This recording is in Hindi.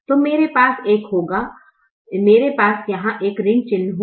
तो मेरे पास एक होगा मेरे पास यहां एक ऋण चिह्न होगा